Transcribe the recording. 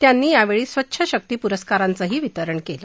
त्यांनी यावेळी स्वच्छ शक्ती पुरस्कारांचंही वितरण केलं